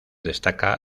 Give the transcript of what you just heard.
destaca